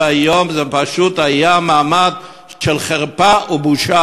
והיום זה פשוט היה מעמד של חרפה ובושה,